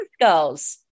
girls